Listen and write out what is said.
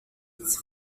its